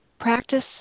practice